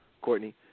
Courtney